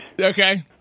Okay